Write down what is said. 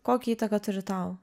kokią įtaką turi tau